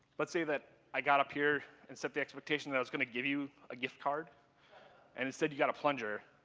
let's say that i got up here and set the expectation that i was gonna give you a gift card and instead you got a plunger.